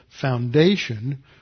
foundation